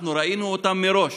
אנחנו ראינו אותן מראש